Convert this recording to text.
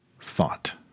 thought